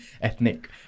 ethnic